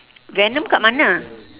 venom dekat mana